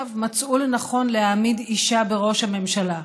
מצאו לנכון להעמיד אישה בראש הממשלה.